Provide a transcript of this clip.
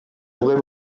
vraie